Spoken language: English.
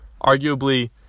Arguably